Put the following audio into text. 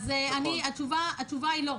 אז התשובה היא לא.